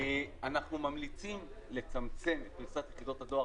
אנחנו ממליצים לצמצם את פריסת יחידות הדואר,